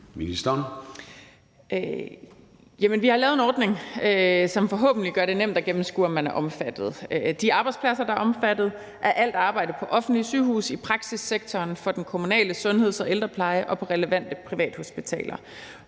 Vi har lavet en ordning, som forhåbentlig gør det nemt at gennemskue, om man er omfattet. De arbejdspladser, der er omfattet, er alt arbejde på offentlige sygehuse, i praksissektoren, for den kommunale sundheds- og ældrepleje og på relevante privathospitaler.